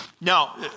Now